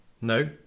No